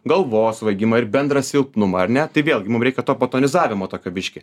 galvos svaigimą ir bendrą silpnumą ar ne tai vėlgi mum reikia to patonizavimo tokio biškį